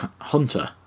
hunter